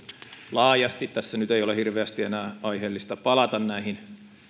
laajasti tässä nyt ei ole hirveästi enää aiheellista palata näihin